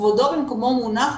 כבודו במקומו מונח,